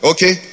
Okay